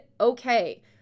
okay